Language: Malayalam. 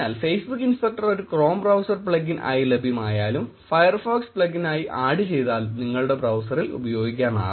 അതിനാൽ ഫെയ്സ്ബുക്ക് ഇൻസ്പെക്ടർ ഒരു ക്രോം ബ്രൌസർ പ്ലഗിൻ ആയി ലഭ്യമായാലും ഫയർഫോക്സ് പ്ലഗിൻ ആയി ആഡ് ചെയ്താലും നിങ്ങളുടെ ബ്രൌസറിൽ ഉപയോഗിക്കാം